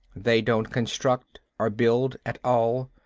they don't construct or build at all.